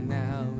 now